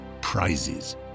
Prizes